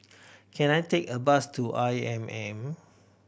can I take a bus to I M M